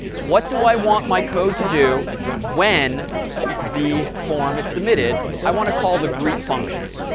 what do i want my code to do when the form is submitted? i want to call the greet function.